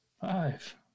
five